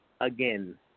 again